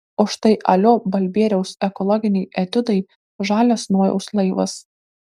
o štai alio balbieriaus ekologiniai etiudai žalias nojaus laivas